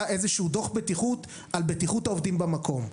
איזשהו דוח בטיחות על בטיחות העובדים במקום.